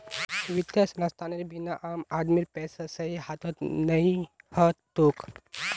वित्तीय संस्थानेर बिना आम आदमीर पैसा सही हाथत नइ ह तोक